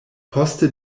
poste